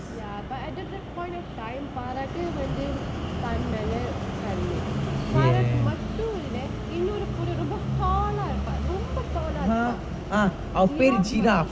ya but at that point of time பாராட்டு வந்து பன்னல:paaraattu vanthu pannala sorry பாறாக்கு மட்டு இல்ல இன்னொரு புற ரொம்ப:paaraakku mattu illa innoru pura romba tall ah இருப்பான் ரொம்ப:iruppan romba tall ah இருப்பான்:iruppaan giraff மாரி:maari